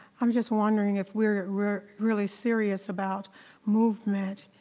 i'm just wondering if we are, we're really serious about movement,